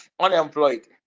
unemployed